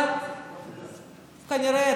אבל כנראה,